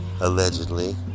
allegedly